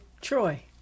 Troy